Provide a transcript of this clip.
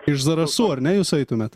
iš zarasų ar ne jūs eitumėt